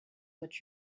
what